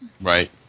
Right